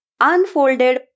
unfolded